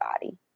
body